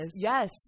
yes